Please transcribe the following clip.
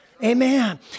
Amen